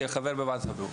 כחבר בוועדת הבריאות.